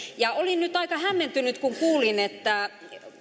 olin nyt aika hämmentynyt kun kuulin että